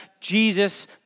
Jesus